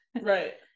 Right